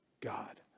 God